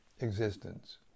existence